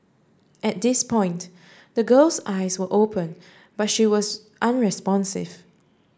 at this point the girl's eyes were open but she was unresponsive